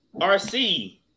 RC